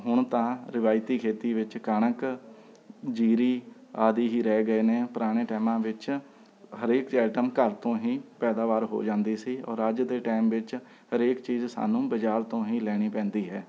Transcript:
ਹੁਣ ਤਾਂ ਰਵਾਇਤੀ ਖੇਤੀ ਵਿੱਚ ਕਣਕ ਜੀਰੀ ਆਦਿ ਹੀ ਰਹਿ ਗਏ ਨੇ ਪੁਰਾਣੇ ਟਾਈਮਾਂ ਵਿੱਚ ਹਰੇਕ ਚ ਆਈਟਮ ਘਰ ਤੋਂ ਹੀ ਪੈਦਾਵਾਰ ਹੋ ਜਾਂਦੀ ਸੀ ਔਰ ਅੱਜ ਦੇ ਟਾਈਮ ਵਿੱਚ ਹਰੇਕ ਚੀਜ਼ ਸਾਨੂੰ ਬਜ਼ਾਰ ਤੋਂ ਹੀ ਲੈਣੀ ਪੈਂਦੀ ਹੈ